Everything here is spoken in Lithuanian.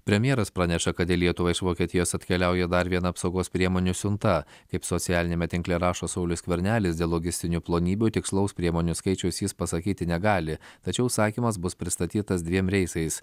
premjeras praneša kad į lietuvą iš vokietijos atkeliauja dar viena apsaugos priemonių siunta kaip socialiniame tinkle rašo saulius skvernelis dėl logistinių plonybių tikslaus priemonių skaičiaus jis pasakyti negali tačiau užsakymas bus pristatytas dviem reisais